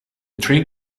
train